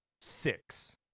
six